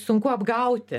sunku apgauti